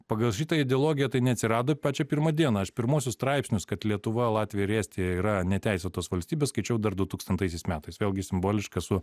pagal šitą ideologiją tai neatsirado pačią pirmą dieną aš pirmuosius straipsnius kad lietuva latvija ir estija yra neteisėtos valstybės skaičiau dar dutūkstantaisiais metais vėlgi simboliška su